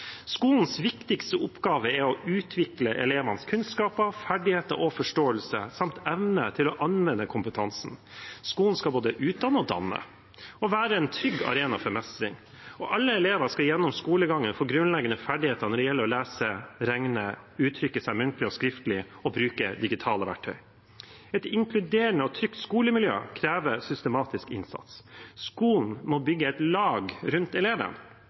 Skolens viktigste oppgave er å utvikle elevenes kunnskaper, ferdigheter og forståelse samt evne til å anvende kompetansen. Skolen skal både utdanne og danne, og den skal være en trygg arena for mestring. Alle elever skal gjennom skolegangen få grunnleggende ferdigheter når det gjelder å lese, regne, uttrykke seg muntlig og skriftlig og bruke digitale verktøy. Et inkluderende og trygt skolemiljø krever systematisk innsats. Skolen må bygge et lag rundt